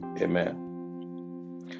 Amen